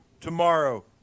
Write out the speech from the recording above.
tomorrow